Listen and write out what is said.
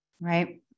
right